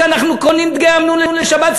שאנחנו קונים דגי אמנון לשבת,